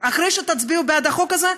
אחרי שתצביעו בעד החוק הזה,